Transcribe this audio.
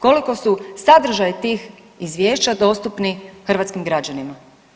Koliko su sadržaji tih izvješća dostupni hrvatskim građanima?